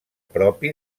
propi